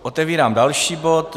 Otevírám další bod.